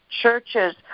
churches